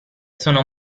sono